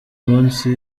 munsi